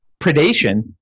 predation